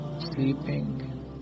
sleeping